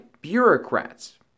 bureaucrats